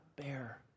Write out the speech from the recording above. bear